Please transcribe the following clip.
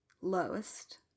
lowest